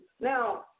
Now